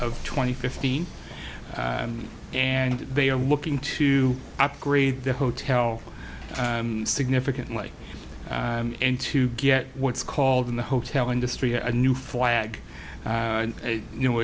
of twenty fifteen and they are looking to upgrade the hotel significantly and to get what's called in the hotel industry a new flag you know